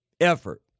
effort